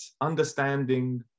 understanding